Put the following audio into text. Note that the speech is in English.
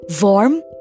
warm